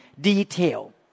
detail